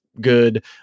good